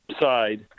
side